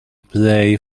play